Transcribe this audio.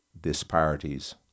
disparities